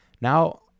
Now